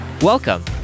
Welcome